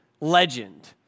legend